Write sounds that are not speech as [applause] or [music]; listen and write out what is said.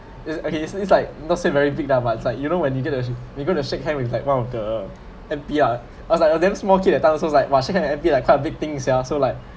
it's it's seen like not say very big lah but it's like you know when you get to when you get to shake hand with like one of the M_P ah [breath] I was like a damn small kid that time also like !wah! shake hand with M_P like quite a big things sia so like